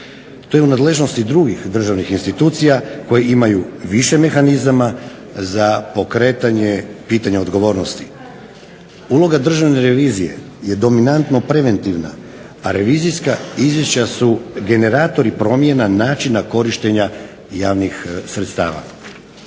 To je u nadležnosti drugih državnih institucija koje imaju više mehanizama za pokretanje pitanja odgovornosti. Uloga Državne revizije je dominantno preventivna, a revizijska izvješća su generatori promjena načina korištenja javnih sredstava.